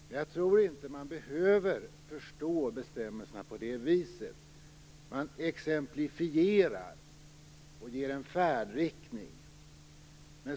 Men jag tror inte att man behöver förstå bestämmelserna på det viset. Man exemplifierar och ger en färdriktning.